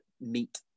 meet